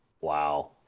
Wow